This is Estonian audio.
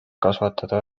kasvatada